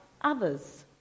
others